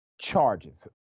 charges